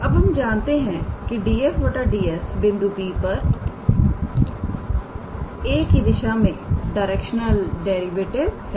अब हम जानते है 𝑑𝑓 𝑑𝑠 बिंदु P पर 𝑎̂ की दिशा में डायरेक्शनल डेरिवेटिव है